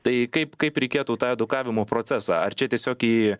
tai kaip kaip reikėtų tą edukavimo procesą ar čia tiesiog į